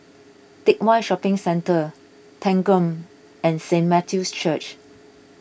Teck Whye Shopping Centre Thanggam and Saint Matthew's Church